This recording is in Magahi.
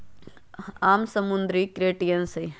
आम समुद्री क्रस्टेशियंस हई